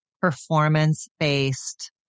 performance-based